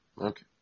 Okay